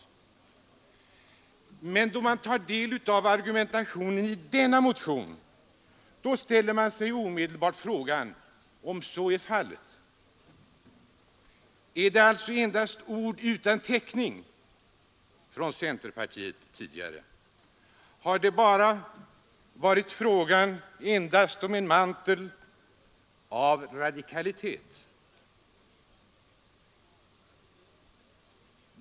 Men då man tar del av argumentationen i denna motion ställer man sig omedelbart frågan om så är fallet. Har det varit endast ord utan täckning från centerpartiet? Har det varit fråga om endast en mantel av radikalitet?